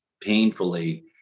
painfully